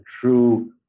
true